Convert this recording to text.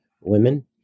women